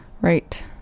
Right